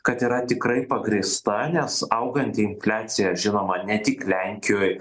kad yra tikrai pagrįsta nes auganti infliacija žinoma ne tik lenkijoj